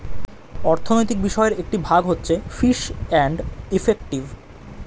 অর্থনৈতিক বিষয়ের একটি ভাগ হচ্ছে ফিস এন্ড ইফেক্টিভ